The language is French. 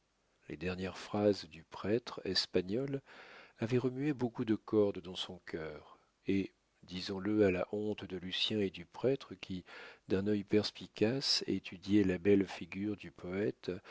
les dernières phrases du prêtre espagnol avaient remué beaucoup de cordes dans son cœur et disons-le à la honte de lucien et du prêtre qui d'un œil perspicace étudiait la belle figure du poète